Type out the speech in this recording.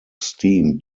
steam